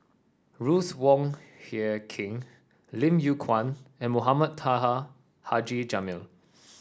Ruth Wong Hie King Lim Yew Kuan and Mohamed Taha Haji Jamil